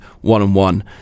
one-on-one